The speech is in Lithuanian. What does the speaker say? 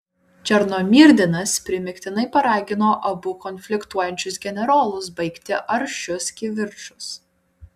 černomyrdinas primygtinai paragino abu konfliktuojančius generolus baigti aršius kivirčus